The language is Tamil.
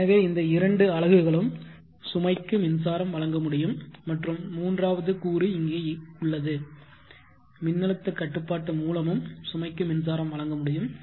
எனவே இந்த இரண்டு அலகுகளும் சுமைக்கு மின்சாரம் வழங்க முடியும் மற்றும் மூன்றாவது கூறு இங்கே உள்ளது மின்னழுத்த கட்டுப்பாட்டு மூலமும் சுமைக்கு மின்சாரம் வழங்க முடியும்